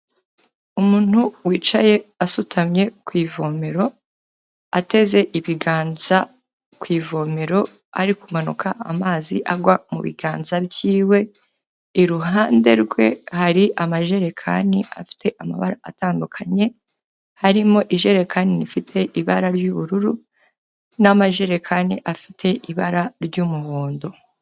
Umuntu wicaye asutamye ku ivomero, ateze ibiganza ku ivomero hari kumanuka amazi agwa mu biganza byiwe, iruhande rwe hari amajerekani afite amabara atandukanye, harimo ijerekani rifite ibara ry'ubururu n'amajerekani afite ibara ry'umuhondo.